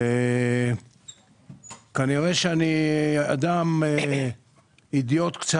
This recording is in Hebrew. כנראה שאני קצת אידיוט,